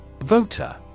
Voter